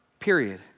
period